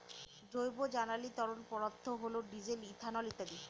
জৈব জ্বালানি তরল পদার্থ হল ডিজেল, ইথানল ইত্যাদি